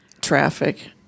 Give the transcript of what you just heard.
traffic